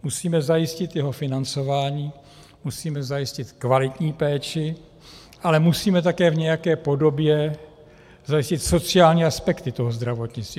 Musíme zajistit jeho financování, musíme zajistit kvalitní péči, ale musíme taky v nějaké podobě zajistit sociální aspekty toho zdravotnictví.